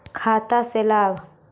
खाता से लाभ?